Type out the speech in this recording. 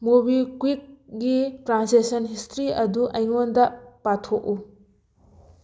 MobiKwik ꯒꯤ transaction history ꯑꯗꯨ ꯑꯩꯉꯣꯟꯗ ꯄꯥꯊꯣꯛꯎ